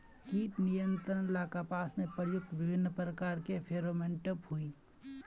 कीट नियंत्रण ला कपास में प्रयुक्त विभिन्न प्रकार के फेरोमोनटैप होई?